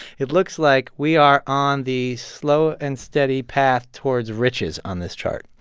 it looks like we are on the slow and steady path towards riches on this chart.